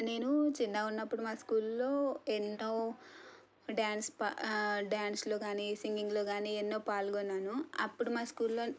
నేను చిన్నగా ఉన్నపుడు మా స్కూల్లో ఎన్నో డ్యాన్స్ ప డ్యాన్స్లో కానీ సింగింగ్లో కానీ ఎన్నో పాల్గొన్నాను అప్పుడు మా స్కూల్లో